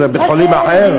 זה בית-חולים אחר?